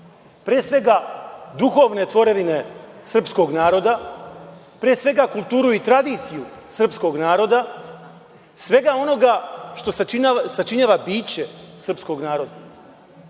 pre svega duhovne tvorevine srpskog naroda, pre svega kulturu i tradiciju srpskog naroda, svega onoga što se sačinjava biće srpskog naroda.